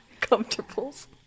Comfortables